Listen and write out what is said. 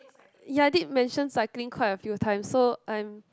ya I did mention cycling quite a few time so I'm